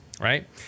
right